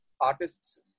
artists